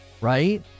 right